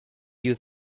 use